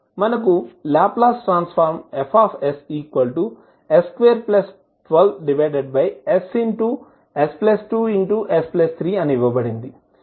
మనకు Laplace transform Fss212ss2s3 అని ఇవ్వబడింది